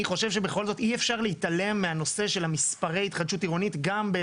וכדאי להקדים במקרה הזה את התשלום שלא לדבר על